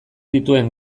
dituen